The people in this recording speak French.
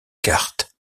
cartes